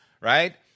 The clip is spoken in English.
Right